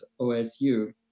OSU